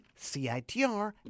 CITR